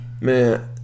Man